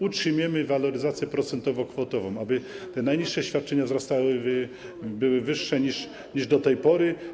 Utrzymujemy waloryzację procentowo-kwotową, aby te najniższe świadczenia wzrastały, były wyższe niż do tej pory.